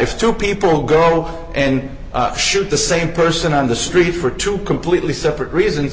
if two people go and shoot the same person on the street for two completely separate reason